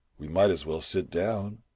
we might as well sit down.